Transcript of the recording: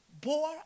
bore